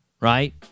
right